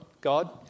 God